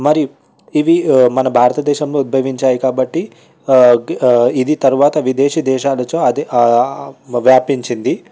మరి ఇవి మన భారతదేశంలో ఉద్భవించాయి కాబట్టి ఇది తరువాత విదేశీ దేశాలలో వ్యాపించింది